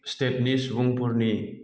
स्टेटनि सुबुंफोरनि